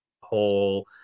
whole